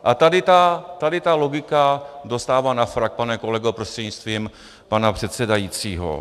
A tady ta logika dostává na frak, pane kolego prostřednictvím pana předsedajícího.